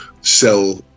sell